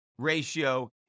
ratio